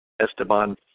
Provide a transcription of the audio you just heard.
Esteban